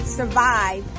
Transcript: survive